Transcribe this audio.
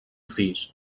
fills